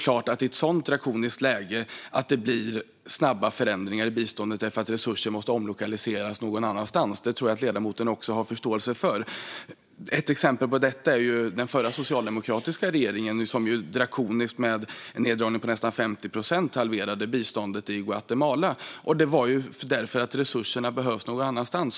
I ett sådant drakoniskt läge är det väl klart att det blir snabba förändringar i biståndet därför att resurser måste omlokaliseras någon annanstans; det tror jag att ledamoten också har förståelse för. Ett exempel på detta är den förra socialdemokratiska regeringen, som ju drakoniskt gjorde neddragningar på nästan 50 procent av biståndet till Guatemala. Det berodde på att resurserna behövdes någon annanstans.